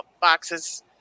boxes